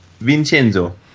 Vincenzo